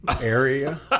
area